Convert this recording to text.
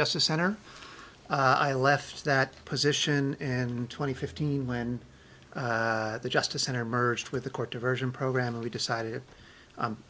justice center i left that position and twenty fifteen when the justice center merged with the court diversion program we decided